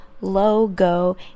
logo